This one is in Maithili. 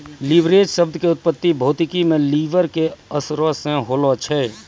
लीवरेज शब्द के उत्पत्ति भौतिकी मे लिवर के असरो से होलो छै